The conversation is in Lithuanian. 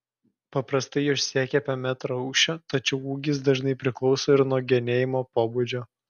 paprastai jos siekia apie metrą aukščio tačiau ūgis dažnai priklauso ir nuo genėjimo pobūdžio